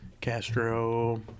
Castro